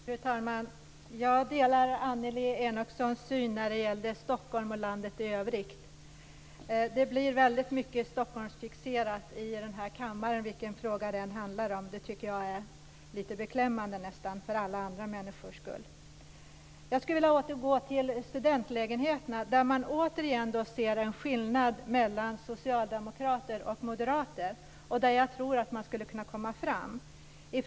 Fru talman! Jag delar Annelie Enochsons syn om Stockholm och landet i övrigt. Det blir väldigt mycket Stockholmsfixerat i den här kammaren vilken fråga det än handlar om. Det är nästan lite beklämmande, för alla andra människors skull. Jag skulle vilja återgå till frågan om studentlägenheterna, där man återigen ser en skillnad mellan socialdemokrater och moderater. Jag tror att man skulle kunna komma fram där.